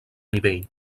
nivell